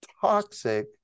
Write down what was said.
toxic